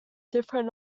different